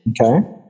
Okay